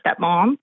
stepmom